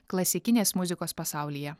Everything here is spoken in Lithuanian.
klasikinės muzikos pasaulyje